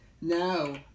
No